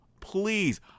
please